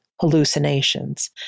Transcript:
hallucinations